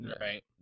right